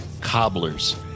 cobblers